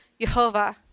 Yehovah